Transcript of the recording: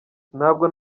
ntabwo